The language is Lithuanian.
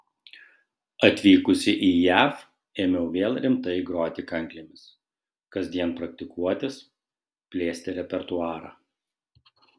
atvykusi į jav ėmiau vėl rimtai groti kanklėmis kasdien praktikuotis plėsti repertuarą